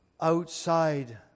outside